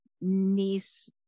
niece